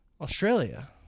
Australia